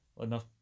enough